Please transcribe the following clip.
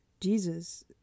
Jesus